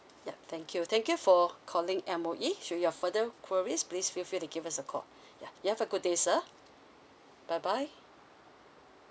ya thank you thank you for calling M_O_E should you've further query please feel free to give us a call ya you have a good day sir bye bye